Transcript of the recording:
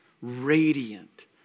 radiant